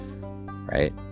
right